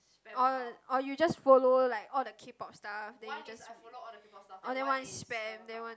oh or you just follow like all the K-Pop stuff then you just oh then one is spam then one